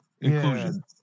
Inclusion